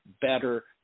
better